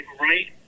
right